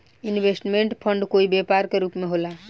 investment fund कोई व्यापार के रूप में होला